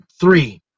three